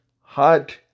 hot